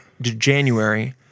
January